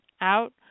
out